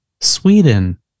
Sweden